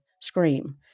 scream